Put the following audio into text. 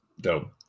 Dope